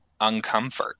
uncomfort